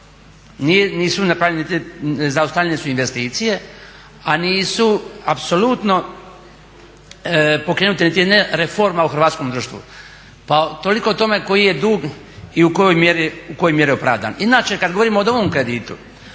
Nisu napravljeni, zaustavljene su investicije, a nisu apsolutno pokrenute niti jedna reforma u hrvatskom društvu. Pa toliko o tome koji je dug i u kojoj mjeri opravdan. Inače, kad govorimo o novom kreditu,